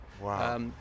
Wow